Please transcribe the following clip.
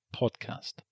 podcast